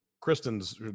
Kristen's